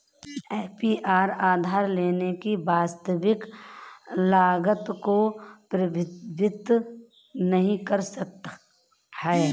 APR उधार लेने की वास्तविक लागत को प्रतिबिंबित नहीं कर सकता है